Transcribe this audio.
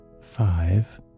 five